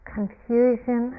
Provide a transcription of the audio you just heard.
confusion